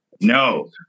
No